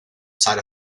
side